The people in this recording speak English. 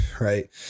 right